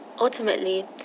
Ultimately